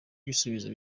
ibisubizo